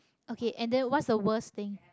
okay and then what's the worst thing